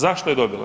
Zašto je dobila?